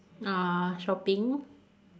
uh shopping